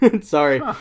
Sorry